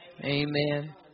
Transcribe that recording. Amen